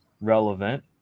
relevant